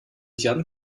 jan